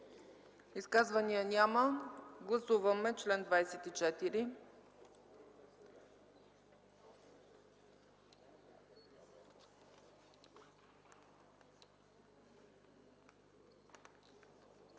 Изказвания? Няма. Гласуваме чл. 25.